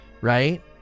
right